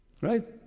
Right